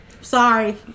Sorry